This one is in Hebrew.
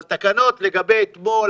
אבל תקנות לגבי אתמול,